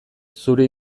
zure